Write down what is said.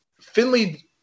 Finley